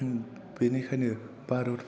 बेनिखायनो भारत